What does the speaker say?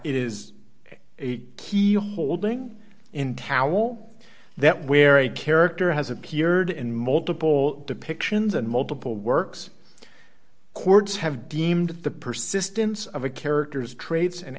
is a key holding in towel that where a character has appeared in multiple depictions and multiple works cords have deemed the persistence of a character's traits an